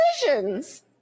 decisions